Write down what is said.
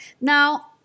Now